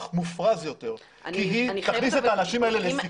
מופרז יותר כי היא תכניס את הנשים האלה לסיכון.